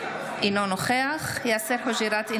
אינו נוכח יאסר חוג'יראת,